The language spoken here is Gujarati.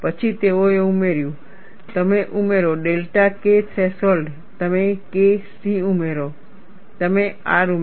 પછી તેઓએ ઉમેર્યું તમે ઉમેરો ડેલ્ટા K થ્રેશોલ્ડ તમે K c ઉમેરો તમે R ઉમેરો